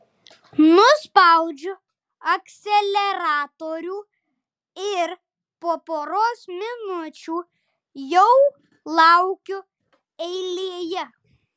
nuspaudžiu akceleratorių ir po poros minučių jau laukiu eilėje